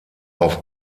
auf